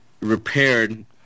repaired